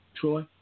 Troy